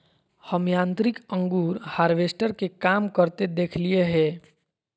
हम यांत्रिक अंगूर हार्वेस्टर के काम करते देखलिए हें